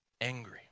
angry